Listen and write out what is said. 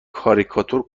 کاریکاتور